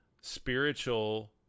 spiritual